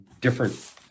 different